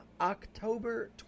October